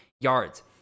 yards